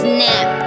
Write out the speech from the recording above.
Snap